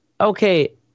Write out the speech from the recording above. okay